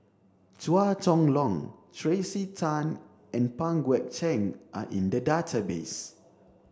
Chua Chong Long Tracey Tan and Pang Guek Cheng are in the database